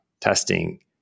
testing